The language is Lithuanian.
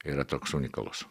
yra toks unikalus